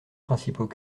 principaux